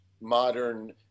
modern